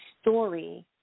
story